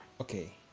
okay